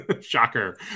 Shocker